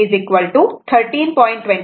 66 2 13